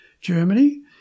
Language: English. Germany